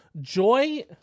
joy